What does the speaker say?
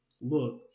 Look